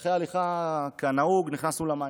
ואחרי הליכה כנהוג נכנסנו למים.